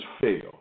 fail